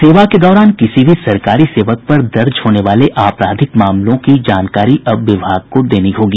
सेवा के दौरान किसी भी सरकारी सेवक पर दर्ज होने वाले आपराधिक मामले की जानकारी अब विभाग को देनी होगी